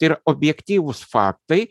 tai yra objektyvūs faktai